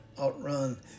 outrun